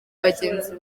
bagenzi